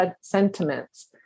sentiments